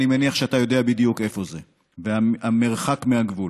אני מניח שאתה יודע בדיוק איפה זה ומה המרחק מהגבול.